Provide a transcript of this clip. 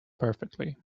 perfectly